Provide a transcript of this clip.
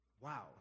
wow